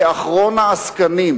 כאחרון העסקנים,